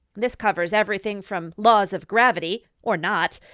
this covers everything from laws of gravity, or not,